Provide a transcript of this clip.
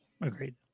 Agreed